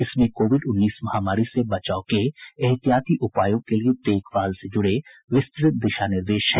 इसमें कोविड उन्नीस महामारी से बचाव के एहतियाती उपायों के लिए देखभाल से जुड़े विस्तृत दिशा निर्देश हैं